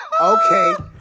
Okay